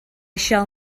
shall